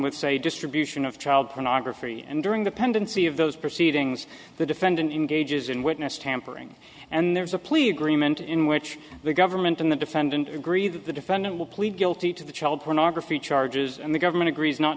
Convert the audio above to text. with say distribution of child pornography and during the pendency of those proceedings the defendant engages in witness tampering and there's a plea agreement in which the government and the defendant agree that the defendant will plead guilty to the child pornography charges and the government agrees not